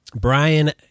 Brian